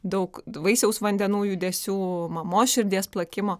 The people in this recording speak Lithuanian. daug vaisiaus vandenų judesių mamos širdies plakimo